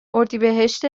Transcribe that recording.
اردیبهشت